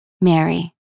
Mary